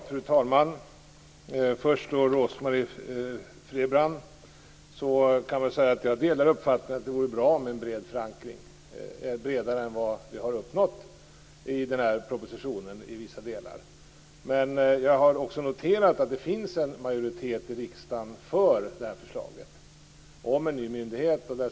Fru talman! Först vänder jag mig till Rose-Marie Frebran. Jag delar uppfattningen att det vore bra med en bred förankring - bredare än vad vi har uppnått i den här propositionen i vissa delar. Men jag har också noterat att det finns en majoritet i riksdagen för förslaget om en ny myndighet.